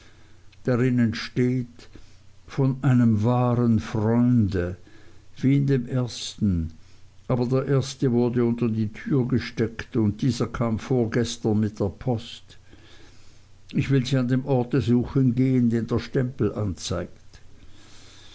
darinnen steht von einem wahren freunde wie in dem ersten aber der erste wurde unter die tür gesteckt und dieser kam vorgestern mit der post ich will sie an dem orte suchen gehen den der stempel anzeigt